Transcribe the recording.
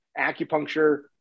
acupuncture